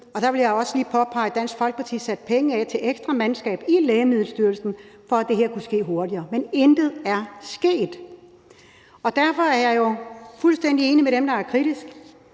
Og der vil jeg også lige påpege, at Dansk Folkeparti satte penge af til ekstra mandskab i Lægemiddelstyrelsen, for at det her kunne ske hurtigt. Men intet er sket! Derfor er jeg jo fuldstændig enig med dem, der er kritiske,